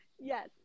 yes